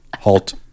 halt